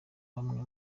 bamwe